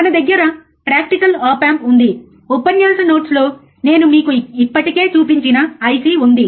మన దగ్గర practical op amp ఉంది ఉపన్యాస నోట్స్లో నేను మీకు ఇప్పటికే చూపించిన ఐసి ఉంది